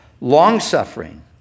long-suffering